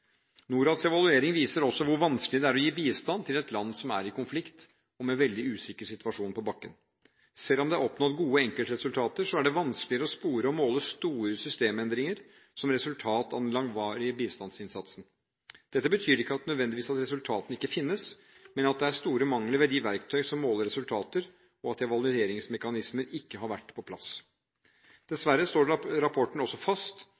Norads evaluering viser også hvor vanskelig det er å gi bistand til et land som er i konflikt, og med en veldig usikker situasjon på bakken. Selv om det er oppnådd gode enkeltresultater, er det vanskeligere å spore og måle store systemendringer som resultat av den langvarige bistandsinnsatsen. Dette betyr ikke nødvendigvis at resultatene ikke finnes, men at det er store mangler ved de verktøy som måler resultater, og at evalueringsmekanismer ikke har vært på plass. Dessverre slår rapporten også fast